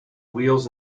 wheels